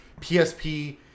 PSP